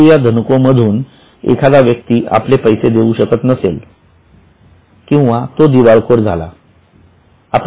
परंतु या धनको मधून एखादा व्यक्ती आपले पैसे देऊ शकत नसेल किंवा तो दिवाळखोर झाला